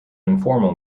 informal